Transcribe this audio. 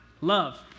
love